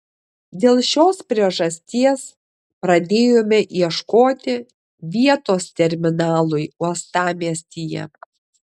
dėl šios priežasties pradėjome ieškoti vietos terminalui uostamiestyje